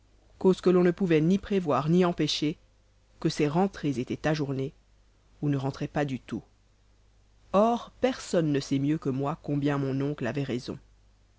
causes que l'on ne pouvait ni prévoir ni empêcher que ces rentrées étaient ajournées ou ne rentraient pas du tout or personne ne sait mieux que moi combien mon oncle avait raison